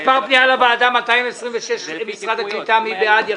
מספר פנייה לוועדה 226 של משרד הקליטה, מי בעד?